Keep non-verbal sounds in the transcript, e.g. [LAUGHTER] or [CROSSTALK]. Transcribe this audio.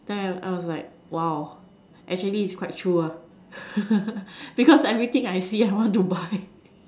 then I I was like !wow! actually is quite true ah [LAUGHS] because everything I see I want to buy